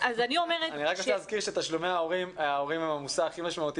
אני רק רוצה להזכיר שההורים הם המושא הכי משמעותי